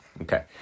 Okay